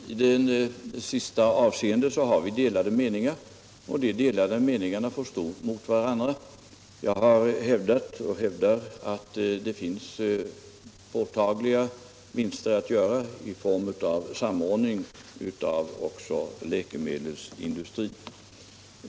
Herr talman! I det sistnämnda avseendet har vi delade meningar, och de delade meningarna får stå emot varandra. Jag har hävdat och hävdar fortfarande att det finns påtagliga vinster att göra vid en samordning av läkemedelsindustrin.